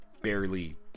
barely